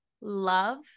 love